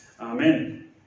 Amen